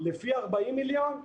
לפי 40 מיליון,